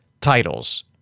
titles